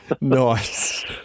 Nice